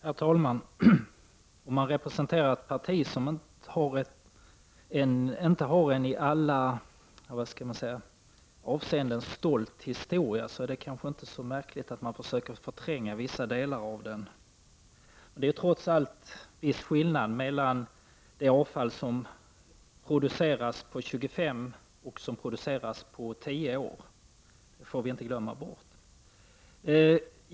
Herr talman! Om man representerar ett parti som inte har en i alla avseenden stolt historia är det kanske inte så märkligt att man försöker förtränga vissa delar av den. Trots allt är det en viss skillnad mellan det avfall som produceras på tjugofem år och det avfall som produceras på tio år. Det får vi inte glömma bort.